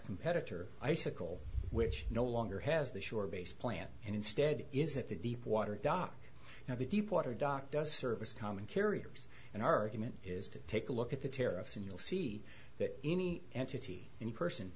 competitor icicle which no longer has the shore based plant and instead is it the deepwater dock now the deepwater dock does service common carriers and argument is to take a look at the tariffs and you'll see that any entity any person